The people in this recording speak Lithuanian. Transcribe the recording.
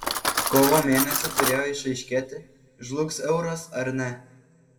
kovo mėnesį turėjo išaiškėti žlugs euras ar ne